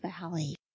valley